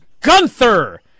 Gunther